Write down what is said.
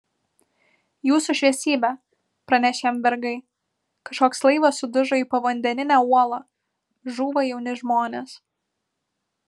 jūsų šviesybe praneš jam vergai kažkoks laivas sudužo į povandeninę uolą žūva jauni žmonės